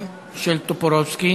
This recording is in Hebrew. אדוני היושב-ראש,